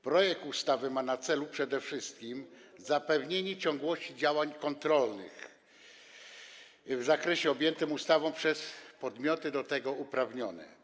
Projekt ustawy ma na celu przede wszystkim zapewnienie ciągłości działań kontrolnych w zakresie objętym ustawą przez podmioty do tego uprawnione.